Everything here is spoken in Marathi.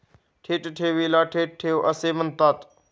थेट ठेवीला थेट ठेव असे म्हणतात